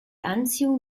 anziehung